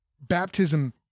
baptism